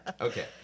Okay